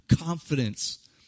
confidence